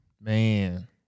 man